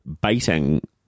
baiting